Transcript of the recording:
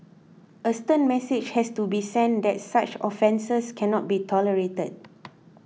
a stern message has to be sent that such offences cannot be tolerated